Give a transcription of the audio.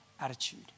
attitude